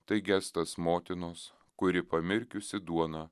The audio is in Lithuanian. tai gestas motinos kuri pamirkiusi duoną